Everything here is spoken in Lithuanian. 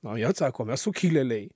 o jie atsako mes sukilėliai